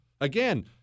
Again